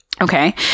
Okay